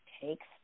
takes